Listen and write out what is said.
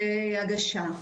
הגשה,